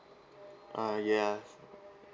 uh yes